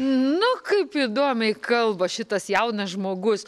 nu kaip įdomiai kalba šitas jaunas žmogus